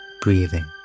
breathing